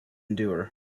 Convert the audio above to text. endure